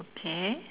okay